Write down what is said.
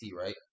right